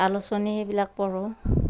আলোচনী সেইবিলাক পঢ়ো